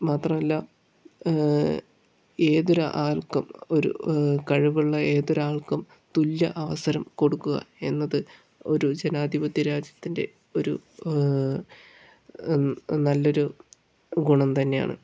മാത്രമല്ല ഏതൊരു ആൾക്കും ഒരു കഴിവുള്ള ഏതൊരാൾക്കും തുല്യ അവസരം കൊടുക്കുക എന്നത് ഒരു ജനാധിപത്യ രാജ്യത്തിൻ്റെ ഒരു നല്ലൊരു ഗുണം തന്നെയാണ്